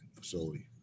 facility